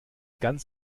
ganz